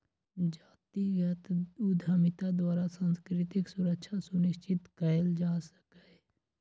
जातिगत उद्यमिता द्वारा सांस्कृतिक सुरक्षा सुनिश्चित कएल जा सकैय